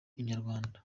inyarwanda